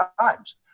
times